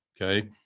okay